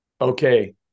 Okay